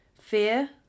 fear